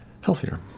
healthier